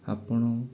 ଆପଣ